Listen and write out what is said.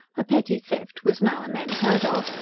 a petty theft was now and then heard of,